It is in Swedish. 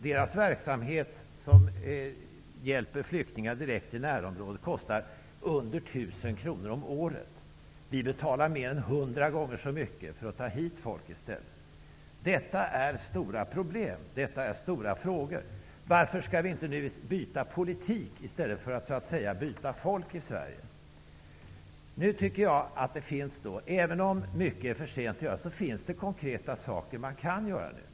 Deras verksamhet, som hjälper flyktingar direkt i närområdet, kostar mindre än 1 000 kronor om året. Vi betalar mer än hundra gånger så mycket för att ta hit folk i stället. Detta är stora problem och stora frågor. Varför skall vi inte nu byta politik i stället för att så att säga byta folk i Sverige? Även om mycket är för sent att göra, finns det konkreta saker man kan göra.